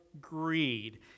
greed